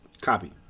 Copy